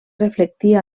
reflectir